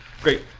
Great